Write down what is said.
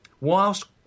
whilst